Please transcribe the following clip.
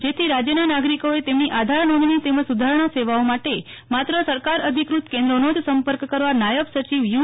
જેથી રાજ્યના નાગરિકોએ તેમની આધાર નોંધણી તેમજ સુધારણા સેવાઓ માટે માત્ર સરકાર અધિક્રત કેન્દ્રોનો જ સંપર્ક કરવા નાયબ સચિવ યુ